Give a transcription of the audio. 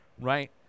right